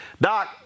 Doc